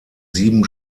sieben